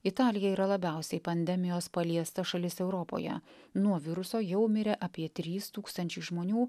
italija yra labiausiai pandemijos paliesta šalis europoje nuo viruso jau mirė apie trys tūkstančiai žmonių